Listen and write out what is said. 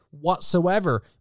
whatsoever